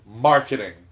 marketing